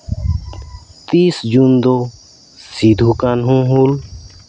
ᱛᱤᱥ ᱡᱩᱱ ᱫᱚ ᱥᱤᱫᱷᱩ ᱠᱟᱹᱱᱦᱩ ᱦᱩᱞ